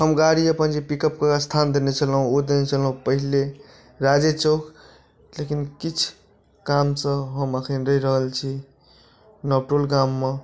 हम गाड़ी अपन जे पिकअप के स्थान देने छलहुॅं ओ देने छलहुॅं पहिले राजे चौक लेकिन किछु काम सँ हम अखन रही रहल छी नवटोल गाम मे